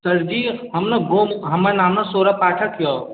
सरजी हम गो हमर नाम सौरभ पाठक अइ